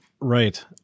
right